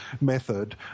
method